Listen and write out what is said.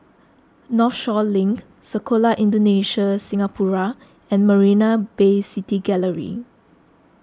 Northshore Link Sekolah Indonesia Singapura and Marina Bay City Gallery